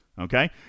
Okay